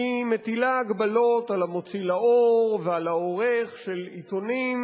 היא מטילה הגבלות על המוציא לאור ועל העורך של עיתונים.